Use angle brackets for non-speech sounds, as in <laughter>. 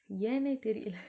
ஏனே தெரியல்ல:yene theriyalla <noise>